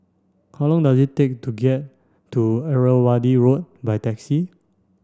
how long does it take to get to Irrawaddy Road by taxi